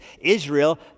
Israel